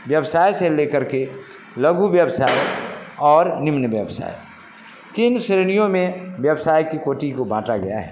व्यवसाय से ले करके लघु व्यवसाय और निम्न व्यवसाय तीन श्रेणियों में व्यवसाय की कोटि को बांटा गया है